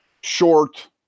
short